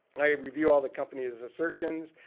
i review all the company's assertions.